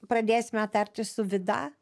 pradėsime tartis su vida